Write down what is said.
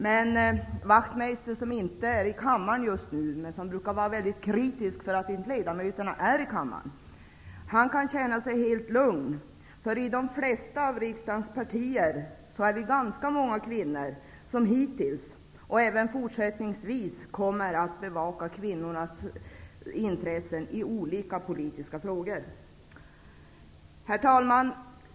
Men Ian Wachtmeister, som inte är här just nu men som brukar vara väldigt kritisk mot att ledamöterna inte är i kammaren, kan känna sig helt lugn, för i de flesta av riksdagens partier är vi ganska många kvinnor som hittills har bevakat och även fortsättningsvis kommer att bevaka kvinnornas intressen i olika politiska frågor. Herr talman!